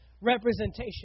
representation